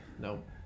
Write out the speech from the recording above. Nope